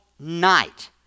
night